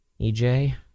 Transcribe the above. EJ